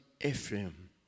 Ephraim